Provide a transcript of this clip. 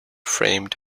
framed